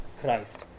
Christ